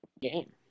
game